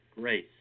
grace